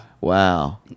wow